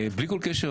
בלי כל קשר,